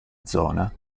zona